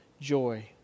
joy